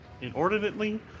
inordinately